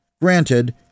Granted